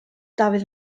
dafydd